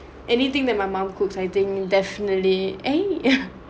anything that my mum cooks I think definitely a